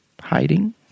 hiding